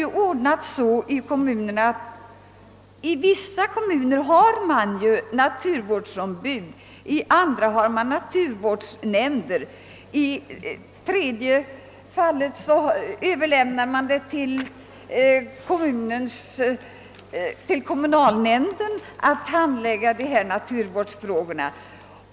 För dagen har vissa kommuner naturvårdsombud och andra kommuner naturvårdsnämnder, medan åter andra kommuner överlämnar till kommunalnämnden att handlägga naturvårdsfrågorna.